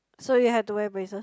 so you have to wear braces